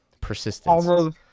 persistence